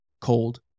cold